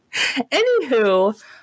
Anywho